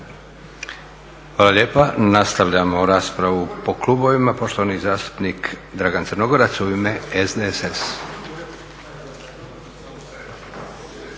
Hvala lijepa. Nastavljamo raspravu po klubovima. Poštovani zastupnik Dragan Crnogorac u ime SDSS-a.